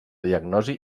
diagnosi